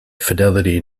fidelity